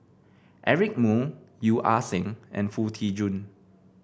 Eric Moo Yeo Ah Seng and Foo Tee Jun